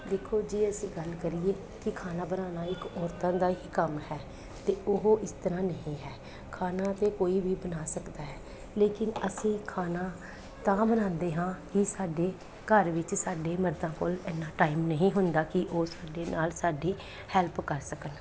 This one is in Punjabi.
ਦੇਖੋ ਜੇ ਅਸੀਂ ਗੱਲ ਕਰੀਏ ਕਿ ਖਾਣਾ ਬਣਾਉਣਾ ਇੱਕ ਔਰਤਾਂ ਦਾ ਹੀ ਕੰਮ ਹੈ ਤਾਂ ਉਹ ਇਸ ਤਰ੍ਹਾਂ ਨਹੀਂ ਹੈ ਖਾਣਾ ਤਾਂ ਕੋਈ ਵੀ ਬਣਾ ਸਕਦਾ ਹੈ ਲੇਕਿਨ ਅਸੀਂ ਖਾਣਾ ਤਾਂ ਬਣਾਉਂਦੇ ਹਾਂ ਕਿ ਸਾਡੇ ਘਰ ਵਿੱਚ ਸਾਡੇ ਮਰਦਾਂ ਕੋਲ ਇੰਨਾ ਟਾਈਮ ਨਹੀਂ ਹੁੰਦਾ ਕਿ ਉਸ ਸਾਡੇ ਨਾਲ ਸਾਡੀ ਹੈਲਪ ਕਰ ਸਕਣ